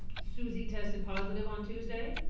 susie tested positive on tuesday.